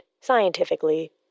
scientifically